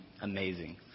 amazing